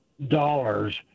dollars